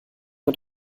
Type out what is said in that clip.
und